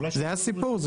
זהו הסיפור?